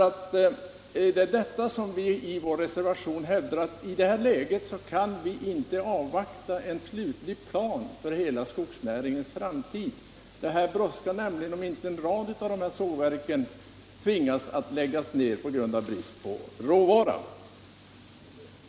Vi hävdar i vår reservation att i det här läget kan vi inte avvakta en slutlig plan för hela skogsnäringens framtid. Det brådskar om inte en rad sågverk skall tvingas lägga ned på grund av brist på råvara.